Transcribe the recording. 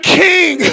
king